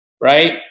right